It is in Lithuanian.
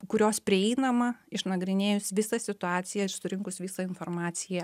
kurios prieinama išnagrinėjus visą situaciją surinkus visą informaciją